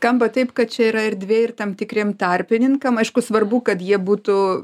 skamba taip kad čia yra yra erdvė ir tam tikriem tarpininkam aišku svarbu kad jie būtų